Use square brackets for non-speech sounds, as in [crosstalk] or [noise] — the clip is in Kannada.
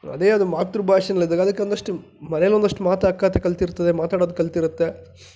ಅದೇ ಅದು ಮಾತೃಭಾಷೆನಲ್ಲಿ [unintelligible] ಅದಕ್ಕೆ ಒಂದಷ್ಟು ಮನೇಲಿ ಒಂದಷ್ಟು ಮಾತು ಅಕ್ಕ ಹತ್ತಿರ ಕಲ್ತಿರ್ತದೆ ಮಾತಾಡೋದು ಕಲಿತಿರುತ್ತೆ